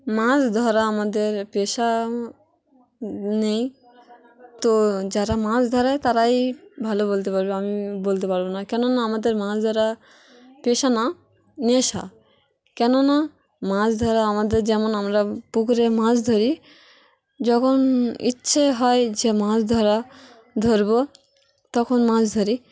মাছ ধরা আমাদের পেশা নেই তো যারা মাছ ধরে তারাই ভালো বলতে পারবে আমি বলতে পারবো না কেন না আমাদের মাছ ধরা পেশা না নেশা কেন না মাছ ধরা আমাদের যেমন আমরা পুকুরে মাছ ধরি যখন ইচ্ছে হয় যে মাছ ধরা ধরবো তখন মাছ ধরি